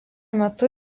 metu